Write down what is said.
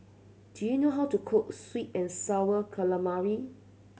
do you know how to cook sweet and Sour Calamari